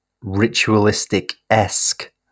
ritualistic-esque